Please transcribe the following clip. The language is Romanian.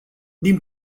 din